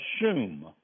assume